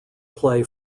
play